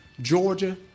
Georgia